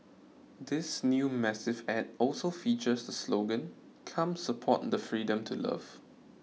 this new massive ad also features the slogan Come support the freedom to love